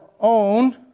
own